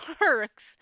works